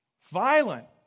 violent